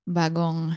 bagong